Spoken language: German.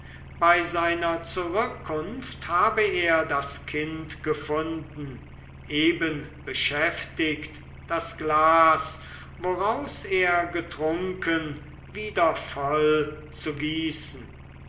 bei seiner zurückkunft habe er das kind gefunden eben beschäftigt das glas woraus es getrunken wieder voll zu gießen